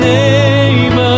name